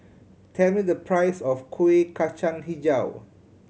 tell me the price of Kuih Kacang Hijau